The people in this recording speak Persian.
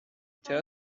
چرا